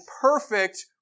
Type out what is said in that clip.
perfect